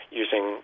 using